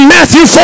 Matthew